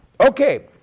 Okay